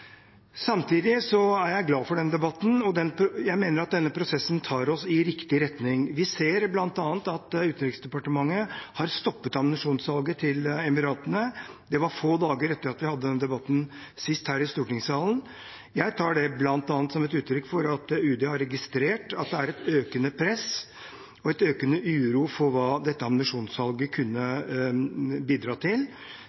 Samtidig er jeg glad for debatten, og jeg mener denne prosessen tar oss i riktig retning. Vi ser bl.a. at Utenriksdepartementet har stoppet ammunisjonssalget til Emiratene. Det skjedde få dager etter at vi sist hadde denne debatten her i stortingssalen. Jeg tar det bl.a. som et uttrykk for at UD har registrert at det er et økende press og en økende uro for hva dette ammunisjonssalget kunne